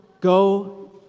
go